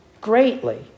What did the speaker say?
Greatly